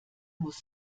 muss